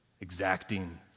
exacting